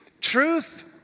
truth